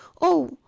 Oh